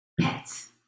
pets